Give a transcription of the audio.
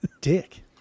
dick